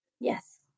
Yes